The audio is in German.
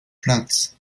platz